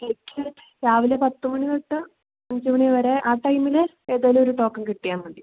എനിക്ക് രാവിലെ പത്ത് മണി തൊട്ട് അഞ്ച് മണി വരെ ആ ടൈമില് ഏതേലും ഒരു ടോക്കൺ കിട്ടിയാൽ മതി